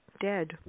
dead